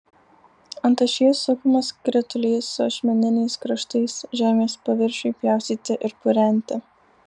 ant ašies sukamas skritulys su ašmeniniais kraštais žemės paviršiui pjaustyti ir purenti